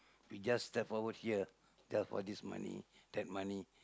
we just step forward here there for this money that money